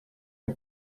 nie